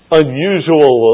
unusual